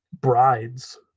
brides